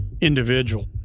individual